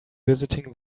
visiting